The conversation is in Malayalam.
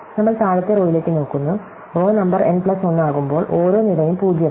നമ്മൾ താഴത്തെ റോയിലേക്ക് നോക്കുന്നു റോ നമ്പർ n പ്ലസ് 1 ആകുമ്പോൾ ഓരോ നിരയും 0 ആണ്